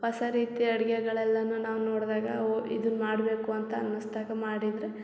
ಹೊಸ ರೀತಿ ಅಡುಗೆಗಳೆಲ್ಲನು ನಾವು ನೋಡಿದಾಗ ಓ ಇದನ್ನು ಮಾಡಬೇಕು ಅಂತ ಅನ್ನಿಸ್ದಾಗ ಮಾಡಿದರೆ